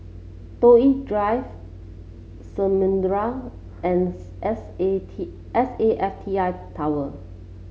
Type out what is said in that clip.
Toh Yi Drive Samudera and S A T S A F T I Tower